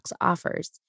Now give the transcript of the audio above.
offers